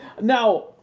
now